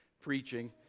preaching